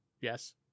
Yes